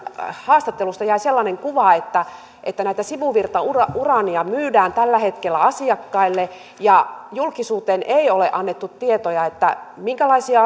haastattelusta jäi sellainen kuva että että tätä sivuvirtauraania myydään tällä hetkellä asiakkaille julkisuuteen ei ole annettu tietoja siitä minkälaisia